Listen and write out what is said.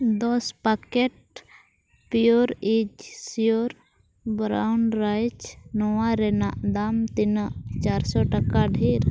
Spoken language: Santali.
ᱫᱚᱥ packets pure and sure brown rice ᱱᱚᱣᱟ ᱨᱮᱱᱟᱜ ᱫᱟᱢ ᱛᱤᱱᱟᱹᱜ ᱪᱟᱨᱥᱚ ᱴᱟᱠᱟ ᱰᱷᱮᱨ